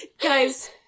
guys